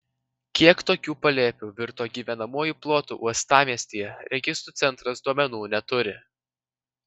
kiek tokių palėpių virto gyvenamuoju plotu uostamiestyje registrų centras duomenų neturi